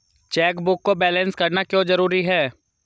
Chequebook को balance करना क्यों जरूरी है?